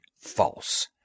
false